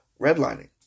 Redlining